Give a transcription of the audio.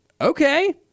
okay